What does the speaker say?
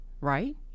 right